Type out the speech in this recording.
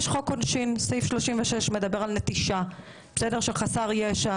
יש חוק עונשין סעיף 36 מדבר על נטישה של חסר ישע.